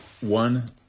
one